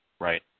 Right